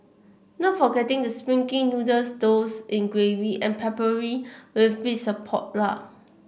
not forgetting the springy noodles doused in gravy and peppered with bits of pork lard